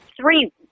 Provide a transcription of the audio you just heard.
three